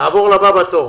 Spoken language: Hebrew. נעבור לבאה בתור,